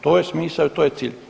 To je smisao i to je cilj.